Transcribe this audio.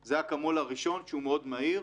זה האקמול הראשון שהוא מאוד מהיר.